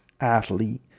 athlete